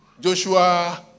Joshua